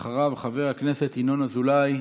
אחריו, חבר הכנסת ינון אזולאי,